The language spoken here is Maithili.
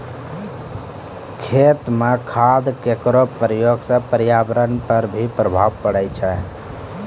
खेत म खाद केरो प्रयोग सँ पर्यावरण पर भी प्रभाव पड़ै छै